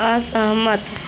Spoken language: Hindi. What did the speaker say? असहमत